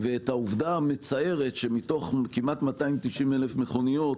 ואת העובדה המצערת שמתוך כמעט 290,000 מכוניות